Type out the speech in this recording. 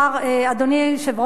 אדוני יושב-ראש הכנסת,